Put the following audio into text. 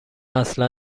اصلا